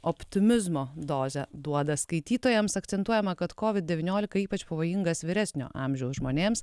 optimizmo dozę duoda skaitytojams akcentuojama kad covid devyniolika ypač pavojingas vyresnio amžiaus žmonėms